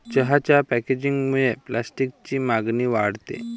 चहाच्या पॅकेजिंगमुळे प्लास्टिकची मागणी वाढते